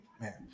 man